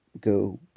go